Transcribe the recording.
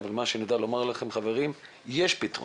אבל מה שאני יודע לומר לכם חברים הוא שישנם פתרונות.